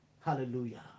Hallelujah